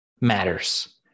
matters